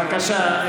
בבקשה,